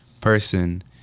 person